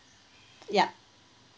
yup